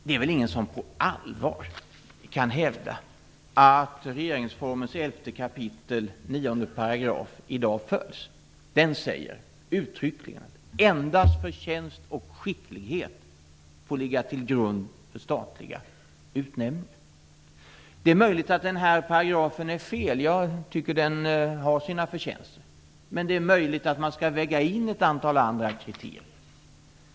Det är väl ingen som på allvar kan hävda att regeringsformens 11 kap. 9 § i dag följs. Den säger uttryckligen att endast förtjänst och skicklighet får ligga till grund för statliga utnämningar. Det är möjligt att den här paragrafen är felaktig - jag tycker att den har sina förtjänster - och att man skall väga in ett antal andra kriterier.